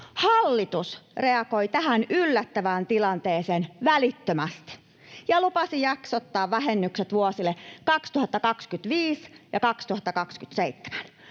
Hallitus reagoi tähän yllättävään tilanteeseen välittömästi ja lupasi jaksottaa vähennykset vuosille 2025—2027.